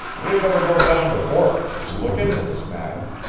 we had better go down to borton's and look into this matter.